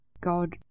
God